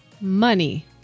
money